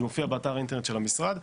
זה מופיע באתר האינטרנט של המשרד.